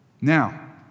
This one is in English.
Now